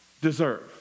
deserve